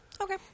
Okay